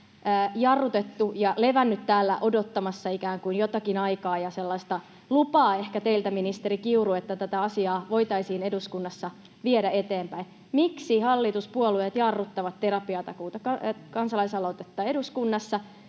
jarrutettu ja se on levännyt täällä odottamassa ikään kuin jotakin aikaa ja sellaista lupaa — ehkä teiltä, ministeri Kiuru — että tätä asiaa voitaisiin eduskunnassa viedä eteenpäin. Miksi hallituspuolueet jarruttavat Terapiatakuu-kansalaisaloitetta eduskunnassa,